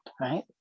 right